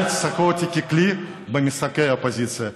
אל תשחקו איתי ככלי במשחקי האופוזיציה.